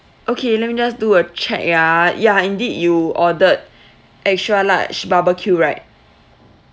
okay let me just do a check yeah ya indeed you ordered extra large barbecue right